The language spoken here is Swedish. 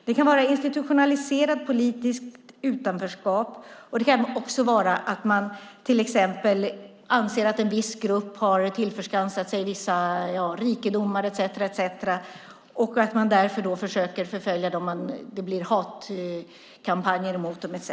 Det kan vara institutionaliserad politiskt utanförskap, och det kan vara fråga om att det anses att en viss grupp har tillförskansat sig vissa rikedomar etcetera och därför förföljs med hatkampanjer etcetera.